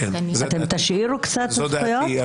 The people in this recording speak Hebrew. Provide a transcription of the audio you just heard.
אתם תשאירו קצת זכויות?